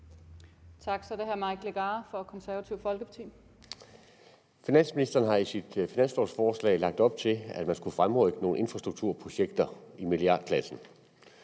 Kl. 16:55 Mike Legarth (KF): Finansministeren har i sit finanslovsforslag lagt op til, at der skal fremrykkes nogle infrastrukturprojekter i milliardklassen.